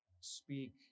speak